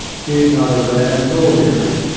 feared neither rann nor leary,